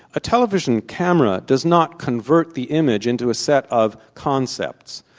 a television camera does not convert the image into a set of concepts.